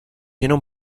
jenom